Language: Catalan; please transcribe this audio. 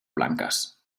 blanques